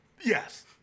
Yes